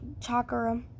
chakra